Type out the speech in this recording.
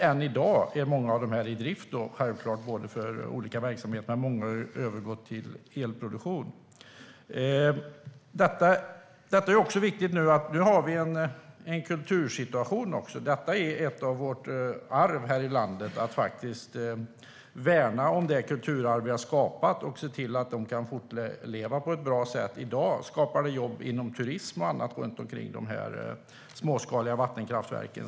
Än i dag är många av de här i drift för olika verksamheter, men många har övergått till elproduktion. Vad som också är viktigt i situationen är kulturarvet. Kan vi värna det kulturarv vi har skapat här i landet och se till att det kan fortleva på ett bra sätt i dag skapar det jobb inom turism och annat runt omkring de här småskaliga vattenkraftverken.